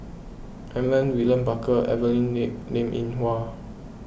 Edmund William Barker Evelyn Lip Linn in Hua